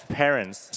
parents